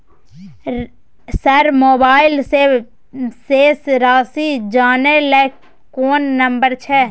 Sir mobile से शेस राशि जानय ल कोन नंबर छै?